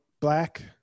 black